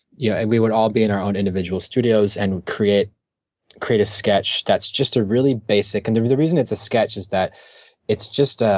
yeah and we would all be in our own individual studios and create create a sketch that's just a really basic and the reason it's a sketch is that it's just, ah